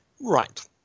Right